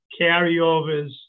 carryovers